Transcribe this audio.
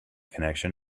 connection